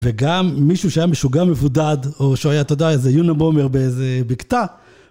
וגם מישהו שהיה משוגע ומבודד, או שהיה, אתה יודע, איזה יונבומבר באיזה בקתה.